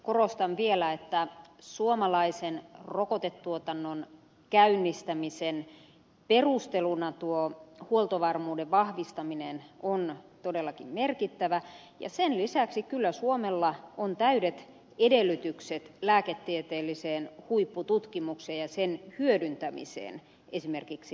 korostan vielä että suomalaisen rokotetuotannon käynnistämisen perusteluna tuo huoltovarmuuden vahvistaminen on todellakin merkittävä ja sen lisäksi kyllä suomella on täydet edellytykset lääketieteelliseen huippututkimukseen ja sen hyödyntämiseen esimerkiksi rokotetuotannossa